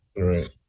Right